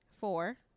four